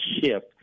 shift